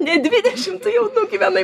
ne dvidešim tu jau nugyvenai